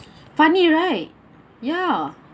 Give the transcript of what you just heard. funny right ya